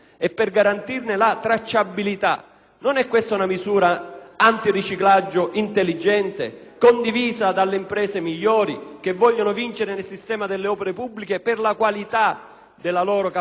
Non è questa una misura antiriciclaggio intelligente, condivisa dalle imprese migliori che vogliono risultare vincitrici nel sistema delle opere pubbliche per la qualità della loro capacità imprenditoriale e professionale?